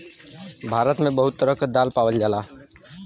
भारत मे बहुते तरह क दाल पावल जाला